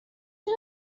شدم